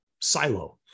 silo